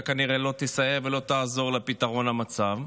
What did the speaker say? כנראה לא תסייע ולא תעזור לפתרון המצב.